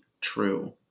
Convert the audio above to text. true